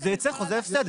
זה יוצר חוזה הפסד.